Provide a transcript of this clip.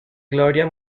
gloria